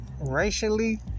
racially